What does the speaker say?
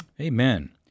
Amen